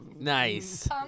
Nice